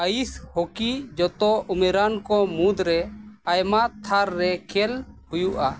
ice hockey ᱡᱚᱛᱚ ᱩᱢᱮᱨᱟᱱ ᱠᱚ ᱢᱩᱫᱽᱨᱮ ᱟᱭᱢᱟ ᱛᱷᱟᱨᱮ ᱠᱷᱮᱞ ᱦᱩᱭᱩᱜᱼᱟ